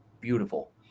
beautiful